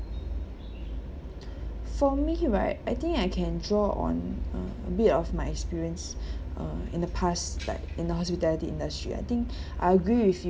for me right I think I can draw on uh a bit of my experience uh in the past like in the hospitality industry I think I agree with